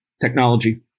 technology